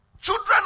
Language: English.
Children